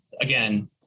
again